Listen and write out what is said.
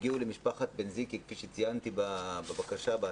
כשהגיעו למשפחת בן-זיקרי כפי שציינתי בבקשה,